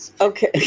Okay